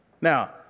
Now